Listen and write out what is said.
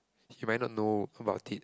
you might not know about it